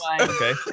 okay